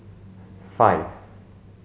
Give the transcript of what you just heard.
five